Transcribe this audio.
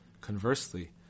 Conversely